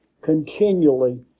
continually